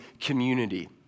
community